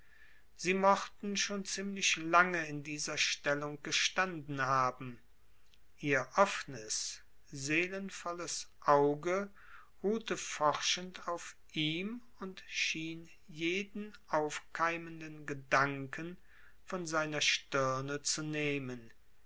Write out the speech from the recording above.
sie mochten schon ziemlich lange in dieser stellung gestanden haben ihr offnes seelenvolles auge ruhte forschend auf ihm und schien jeden aufkeimenden gedanken von seiner stirne zu nehmen